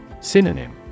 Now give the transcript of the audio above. Synonym